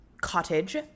cottage